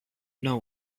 know